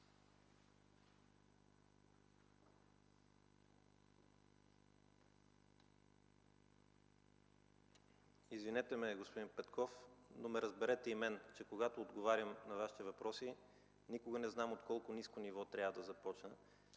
Извинете ме, господин Петков, но ме разберете и мен, че когато отговарям на Вашите въпроси, никога не зная от колко ниско ниво трябва да започна.